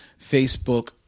Facebook